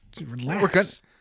Relax